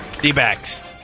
D-backs